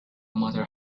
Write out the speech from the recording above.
matter